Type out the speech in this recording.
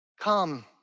Come